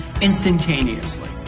instantaneously